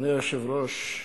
אדוני היושב-ראש,